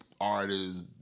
artists